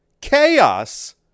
Chaos